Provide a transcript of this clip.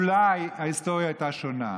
אולי ההיסטוריה הייתה שונה.